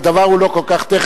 הדבר הוא לא טכני,